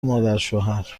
مادرشوهرهرکاری